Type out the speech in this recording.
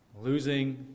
losing